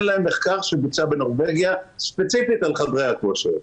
להם מחקר שבוצע בנורבגיה ספציפית על חדרי הכושר.